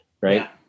right